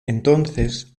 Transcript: entonces